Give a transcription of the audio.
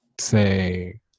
say